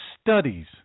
studies